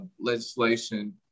legislation